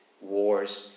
wars